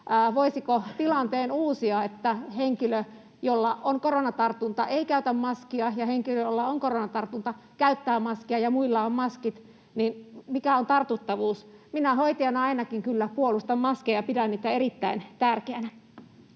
uusia tilanteen, että henkilö, jolla on koronatartunta, ei käytä maskia ja henkilö, jolla on koronatartunta, käyttää maskia ja muilla on maskit? Mikä on tartuttavuus? Minä hoitajana ainakin kyllä puolustan maskeja ja pidän niitä erittäin tärkeinä.